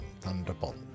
Thunderbolt